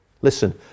Listen